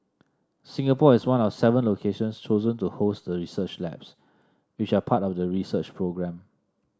Singapore is one of seven locations chosen to host the research labs which are part of the research programme